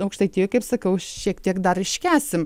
aukštaitijoj kaip sakau šiek tiek dar iškęsim